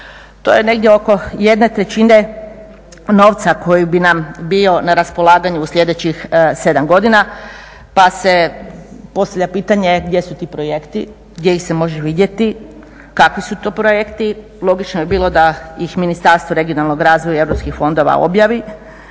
To je negdje oko 1/3 novca koji bi nam bio na raspolaganju u sljedećih 7 godina pa se postavlja pitanje gdje su ti projekti, gdje ih se može vidjeti, kakvi su to projekti. Logično je bilo da ih Ministarstvo regionalnog razvoja i europskih fondova objavi,